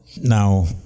Now